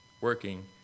working